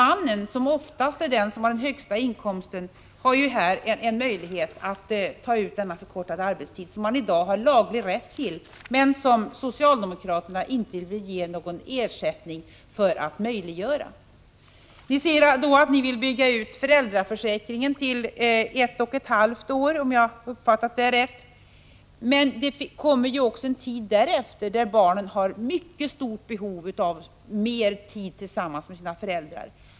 Mannen, som oftast är den som har den högsta inkomsten, ges här en möjlighet att utnyttja denna förkortade arbetstid som han i dag har laglig rätt till men som socialdemokraterna inte möjliggör då de inte vill ge någon ersättning. Ni säger att ni vill bygga ut föräldraförsäkringen till att omfatta barn upp till ett och ett halvt år, om jag uppfattat det rätt, men det kommer också en tid därefter när barnen har mycket stort behov av mer tid tillsammans med sina föräldrar.